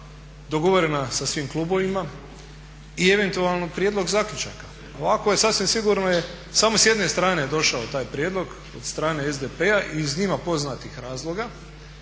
dogovorena sa svim klubovima i eventualno prijedlog zaključaka. Ovako je sasvim sigurno samo s jedne strane došao taj prijedlog, od strane SDP-a iz njima poznatih razloga